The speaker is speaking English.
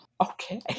Okay